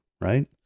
right